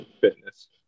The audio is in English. fitness